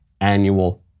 annual